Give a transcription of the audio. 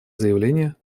заявления